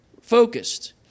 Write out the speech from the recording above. focused